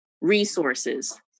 resources